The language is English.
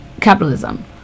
capitalism